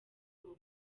ubu